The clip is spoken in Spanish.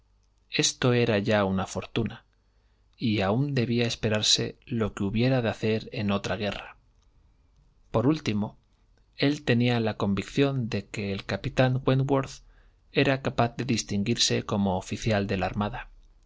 esto era ya una fortuna y aun debía esperarse lo que hubiera de hacer en otra guerra por último él tenía la convicción de que el capitán wentworth era capaz de distinguirse como oficial de la armada